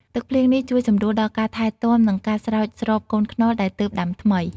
ទឹកភ្លៀងនេះជួយសម្រួលដល់ការថែទាំនិងការស្រោចស្រពកូនខ្នុរដែលទើបដាំថ្មី។